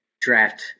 draft